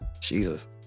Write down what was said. Jesus